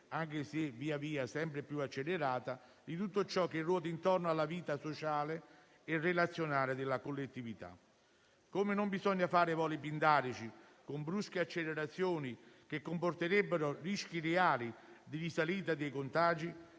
anche se via via sempre più accelerata, di tutto ciò che ruota intorno alla vita sociale e relazionale della collettività. Come non bisogna fare voli pindarici con brusche accelerazioni che comporterebbero rischi reali di risalita dei contagi,